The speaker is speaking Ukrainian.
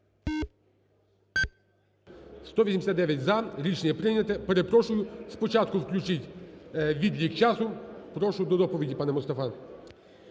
За-189 Рішення прийняте. Перепрошую, спочатку включіть відлік часу. Прошу до доповіді, пане Мустафа.